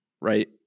right